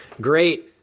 Great